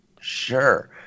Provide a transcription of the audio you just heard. sure